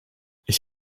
ich